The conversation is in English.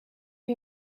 you